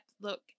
look